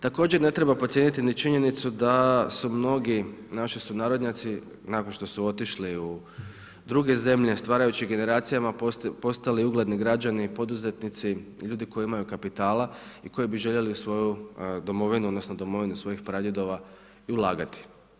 Također ne treba podcijeniti ni činjenicu da su mnogi naši sunarodnjaci nakon što su otišli u druge zemlje, stvarajući generacijama postali ugledni građani i poduzetnici, ljudi koji imaju kapitali i koji bi željeli u svoju domovinu, odnosno domovinu svojih pradjedova i ulagati.